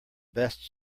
best